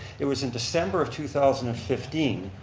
it was in december of two thousand and fifteen,